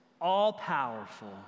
all-powerful